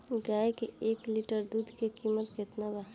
गाय के एक लीटर दूध के कीमत केतना बा?